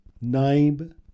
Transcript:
Name